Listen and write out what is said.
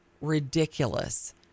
ridiculous